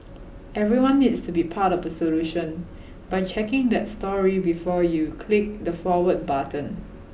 everyone needs to be part of the solution by checking that story before you click the Forward button